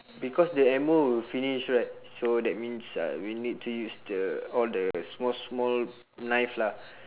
because the ammo will finish right so that means uh we need to use the all the small small knife lah